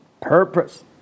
purpose